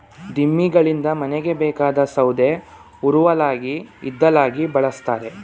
ದಿಮ್ಮಿಗಳಿಂದ ಮನೆಗೆ ಬೇಕಾದ ಸೌದೆ ಉರುವಲಾಗಿ ಇದ್ದಿಲಾಗಿ ಬಳ್ಸತ್ತರೆ